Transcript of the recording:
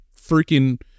freaking